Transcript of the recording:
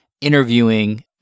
interviewing